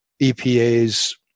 EPA's